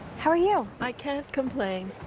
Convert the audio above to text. how are you i can't complain.